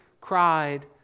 cried